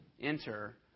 enter